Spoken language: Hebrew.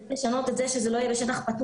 צריך לשנות את זה שזה לא יהיה בשטח פתוח?